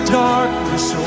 darkness